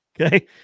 Okay